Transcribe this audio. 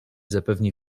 zapewne